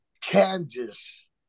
Kansas